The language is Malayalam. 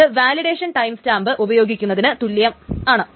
അത് വാലിഡേഷൻ ടൈംസ്റ്റാമ്പ് ഉപയോഗിക്കുന്നതിന് സമമാണ്